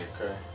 Okay